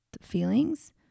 feelings